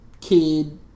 kid